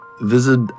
visit